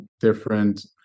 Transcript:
different